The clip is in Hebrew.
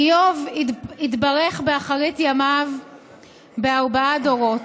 "איוב התברך באחרית ימיו בארבעה דורות.